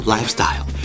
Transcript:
Lifestyle